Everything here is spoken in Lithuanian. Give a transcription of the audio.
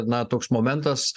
na toks momentas